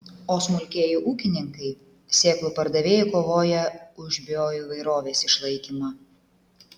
o smulkieji ūkininkai sėklų pardavėjai kovoja už bioįvairovės išlaikymą